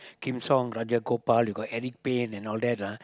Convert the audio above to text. Kim Song Rajagopal you got Eric-Paine and all that ah